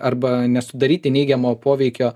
arba nesudaryti neigiamo poveikio